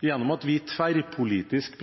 gjennom at vi tverrpolitisk